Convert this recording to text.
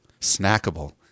Snackable